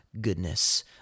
goodness